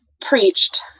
preached